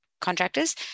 contractors